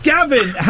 Gavin